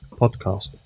podcast